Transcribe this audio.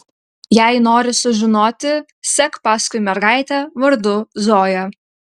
jei nori sužinoti sek paskui mergaitę vardu zoja